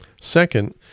Second